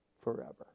Forever